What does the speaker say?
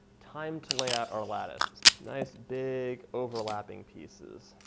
time to lay out our lattice, nice big overlapping pieces,